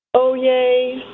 oh, yay.